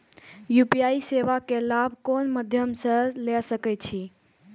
UPI सेवा के लाभ कोन मध्यम से ले सके छी?